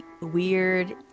weird